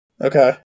okay